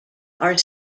are